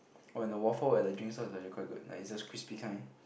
oh and the waffle at the drink stall is actually quite good like it's the crispy kind